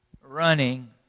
running